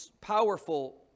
powerful